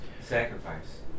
sacrifice